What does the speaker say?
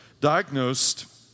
Diagnosed